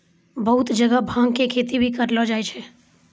बहुत जगह भांग के खेती भी करलो जाय छै